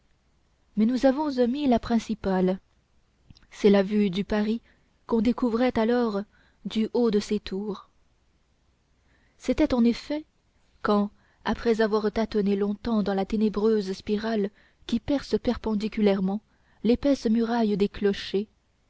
mais nous avons omis la principale c'est la vue du paris qu'on découvrait alors du haut de ses tours c'était en effet quand après avoir tâtonné longtemps dans la ténébreuse spirale qui perce perpendiculairement l'épaisse muraille